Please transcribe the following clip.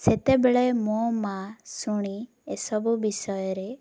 ସେତେବେଳେ ମୋ ମା' ଶୁଣି ଏସବୁ ବିଷୟରେ